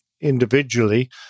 individually